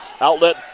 Outlet